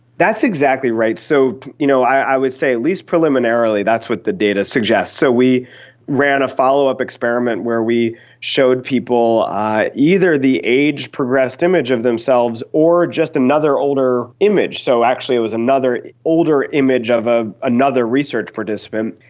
that's exactly right. so you know i would say at least preliminarily that's what the data suggests. so we ran a follow-up experiment where we showed people either the age progressed image of themselves or just another older image. so actually it was another older image of ah another research participant,